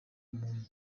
mugabane